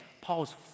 Paul's